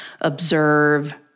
observe